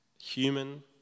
human